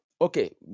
okay